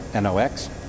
NOx